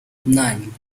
nine